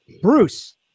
Bruce